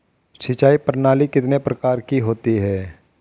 सिंचाई प्रणाली कितने प्रकार की होती हैं?